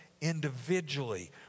individually